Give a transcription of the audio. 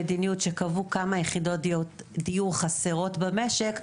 המדיניות שקבעו כמה יחידות דיור חסרות במשק,